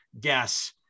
guess